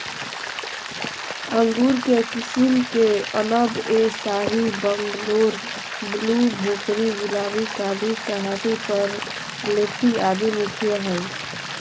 अंगूर के किस्म मे अनब ए शाही, बंगलोर ब्लू, भोकरी, गुलाबी, काली शाहवी, परलेटी आदि मुख्य हई